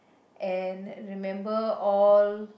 and remember all